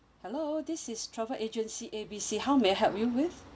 hello this is travel agency A B C how may I help you with